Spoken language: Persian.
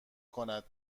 کند